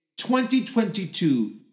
2022